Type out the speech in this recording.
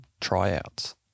tryouts